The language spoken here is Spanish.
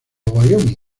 wyoming